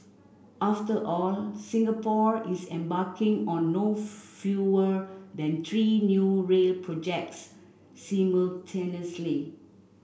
after all Singapore is embarking on no fewer than three new rail projects simultaneously